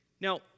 Now